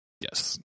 Yes